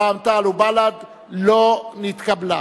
רע"ם-תע"ל ובל"ד לא נתקבלה.